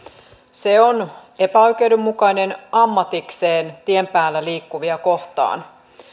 se on epäoikeudenmukainen ammatikseen tien päällä liikkuvia kohtaan